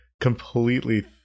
completely